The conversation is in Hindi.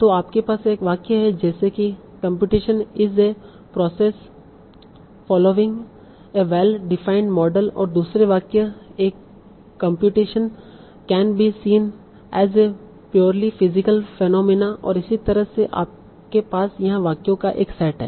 तो आपके पास एक वाक्य है जैसे कि computation is a process following a well defined model और दूसरे वाक्य a computation can be seen as a purely physical phenomena और इसी तरह से आपके पास यहाँ वाक्यों का एक सेट है